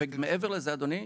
מעבר לזה אדוני,